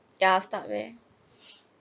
ya start where